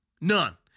None